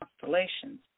constellations